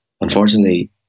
unfortunately